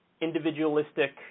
individualistic